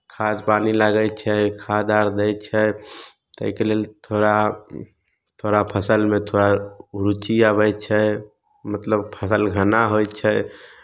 खाद पानि लगै छै खाद आर दै छै ताहिके लेल थोड़ा थोड़ा फसलमे थोड़ा रुचि आबै छै मतलब फसल घना होइ छै